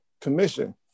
commission